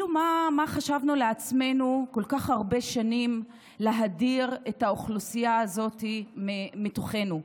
מה חשבנו לעצמנו כל כך הרבה שנים כשהדרנו את האוכלוסייה הזאת מתוכנו?